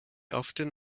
often